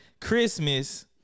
Christmas